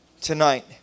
tonight